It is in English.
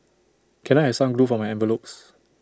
can I have some glue for my envelopes